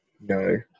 No